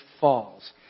falls